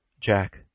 Jack